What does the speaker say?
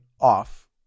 off